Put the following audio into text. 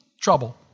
trouble